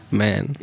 man